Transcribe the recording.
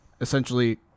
essentially